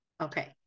Okay